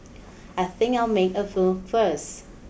I think I'll make a move first